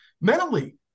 mentally